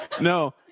no